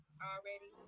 already